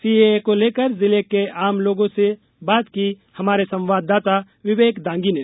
CAA को लेकर जिले के आम लोगों से बात की हमारे संवाददाता विवेक दांगी ने